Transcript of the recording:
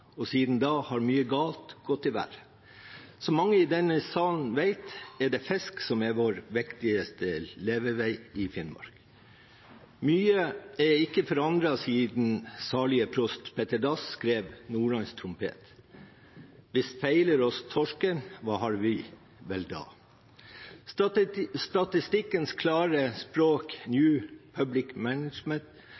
og siden da har mye galt gått i været. Som mange i denne salen vet, er det fisk som er vår viktigste levevei i Finnmark. Mye er ikke forandret siden salige prost Petter Dass skrev «Nordlands trompet»: «Skuld’ torsken os feyle, hvad havde vi da». Statistikkens klare språk,